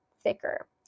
thicker